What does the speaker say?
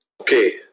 Okay